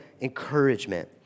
encouragement